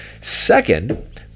Second